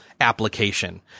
application